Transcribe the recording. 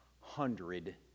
hundred